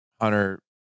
Hunter